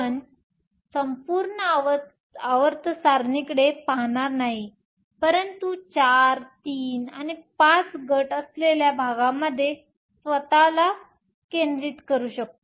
आम्ही संपूर्ण आवर्त सारणीकडे पाहणार नाही परंतु चार तीन आणि पाच गट असलेल्या भागामध्ये स्वतःला केंद्रित करू